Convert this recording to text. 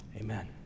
Amen